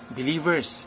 believers